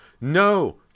No